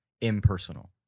impersonal